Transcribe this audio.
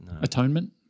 atonement